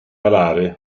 alari